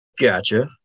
Gotcha